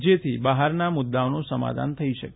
જેથી બહારના મુદ્દાઓનું સમાધાન થઈ શકે